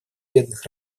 бедных